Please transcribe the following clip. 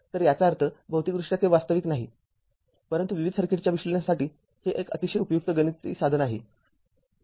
तर याचा अर्थ भौतिकदृष्ट्या ते वास्तविक नाही परंतु विविध सर्किटच्या विश्लेषणासाठी हे एक अतिशय उपयुक्त गणिती साधन आहे